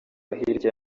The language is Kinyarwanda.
hirya